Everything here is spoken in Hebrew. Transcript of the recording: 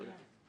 תודה.